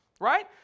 Right